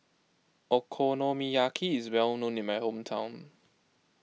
Okonomiyaki is well known in my hometown